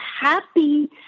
happy